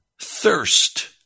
thirst